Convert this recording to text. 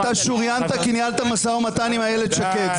אתה שוריינת כי ניהלת משא ומתן עם איילת שקד.